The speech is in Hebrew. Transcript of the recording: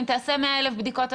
אם תעשה 100,000 בדיקות,